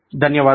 ధన్యవాదాలు